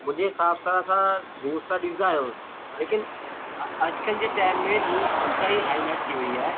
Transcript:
मुंहिंजे हिसाब सां असां न्यूज़ त ॾिसंदा आहियूं लेकिन अॼुकल्ह जे टाइम में न्यूज वधकाई हाईलाइट थी वई आहे